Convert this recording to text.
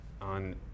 on